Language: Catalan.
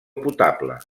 potable